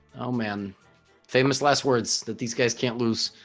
oh man famous last words that these guys can't lose